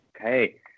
Okay